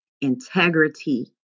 Integrity